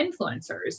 influencers